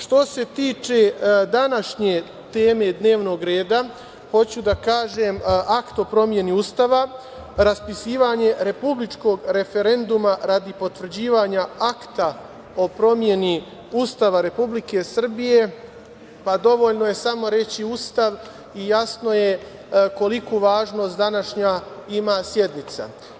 Što se tiče današnje teme dnevnog reda, hoću da kažem Akt o promeni Ustava, raspisivanje republičkog referenduma radi potvrđivanja Akta o promeni Ustava Republike Srbije, pa dovoljno je samo reći Ustav i jasno koliku važnost ima današnja sednica.